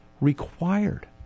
required